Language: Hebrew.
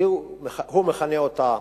שהוא מכנה אותה,